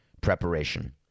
preparation